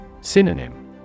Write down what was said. Synonym